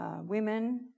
women